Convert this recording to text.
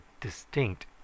distinct